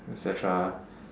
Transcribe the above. et cetera